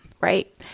Right